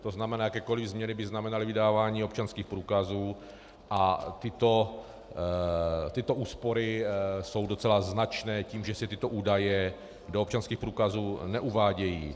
To znamená, jakékoli změny by znamenaly vydávání občanských průkazů a tyto úspory jsou docela značné tím, že se tyto údaje do občanských průkazů neuvádějí.